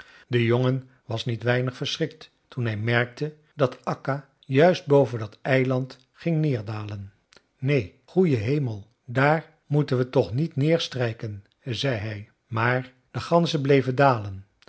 de jongen was niet weinig verschrikt toen hij merkte dat akka juist boven dat eiland ging neerdalen neen goeie hemel daar moeten we toch niet neerstrijken zei hij maar de ganzen bleven dalen